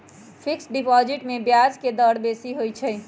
fixed deposit में ब्याज के दर बेशी होइ छइ